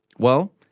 well,